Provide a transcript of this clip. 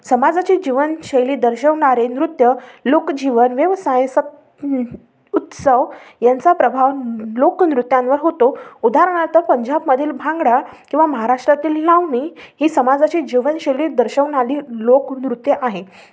समाजाची जीवनशैली दर्शवणारे नृत्य लोकजीवन व्यवसाय सत उत्सव यांचा प्रभाव लो लोकनृत्यांवर होतो उदाहारणार्थ पंजाबमधील भांगडा किंवा महाराष्ट्रातील लावणी ही समाजाची जीवनशैली दर्शवणारी लोकनृत्य आहे